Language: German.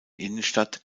innenstadt